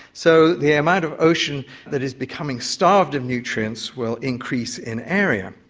so the amount of ocean that is becoming starved of nutrients will increase in area.